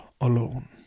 alone